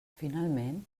finalment